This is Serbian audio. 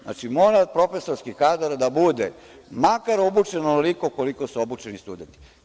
Znači, mora profesorki kadar da bude makar obučen onoliko koliko su obučeni studenti.